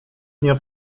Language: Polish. dnia